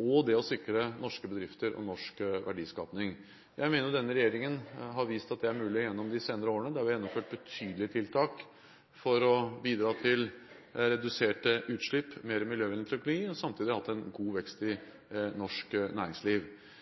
og det å sikre norske bedrifter og norsk verdiskaping. Jeg mener denne regjeringen gjennom de senere årene har vist at det er mulig. Vi har gjennomført betydelige tiltak for å bidra til reduserte utslipp, mer miljøvennlig teknologi og samtidig hatt en god vekst i